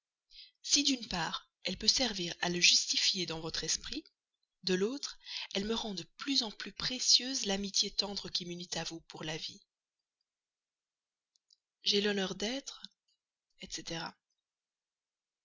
si d'une part elle peut servir à le justifier dans votre esprit de l'autre elle me rend de plus en plus précieuse l'amitié tendre qui m'unit à vous pour la vie j'ai l'honneur d'être madame etc